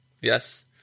Yes